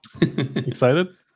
Excited